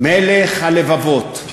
מלך הלבבות,